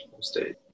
state